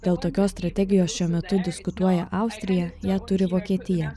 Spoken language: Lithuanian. dėl tokios strategijos šiuo metu diskutuoja austrija ją turi vokietija